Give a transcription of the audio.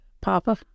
Papa